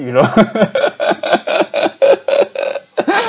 you know